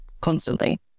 constantly